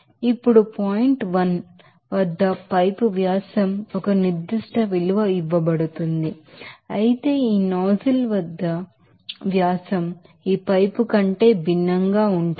ఇప్పుడు పాయింట్ 1 వద్ద పైపు వ్యాసం ఒక నిర్దిష్ట విలువఇవ్వబడుతుంది అయితే ఈ నాజిల్ వద్ద నాజిల్ వ్యాసం ఈ పైపు కంటే భిన్నంగా ఉంటుంది